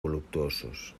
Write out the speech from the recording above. voluptuosos